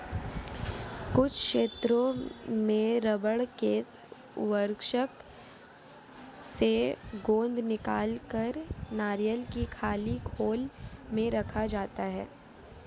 कुछ क्षेत्रों में रबड़ के वृक्ष से गोंद निकालकर नारियल की खाली खोल में रखा जाता है